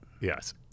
yes